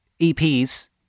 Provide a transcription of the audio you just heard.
EPs